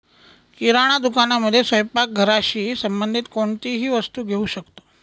किराणा दुकानामध्ये स्वयंपाक घराशी संबंधित कोणतीही वस्तू घेऊ शकतो